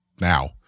now